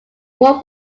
one